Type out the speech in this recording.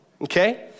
okay